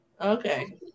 Okay